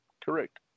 Correct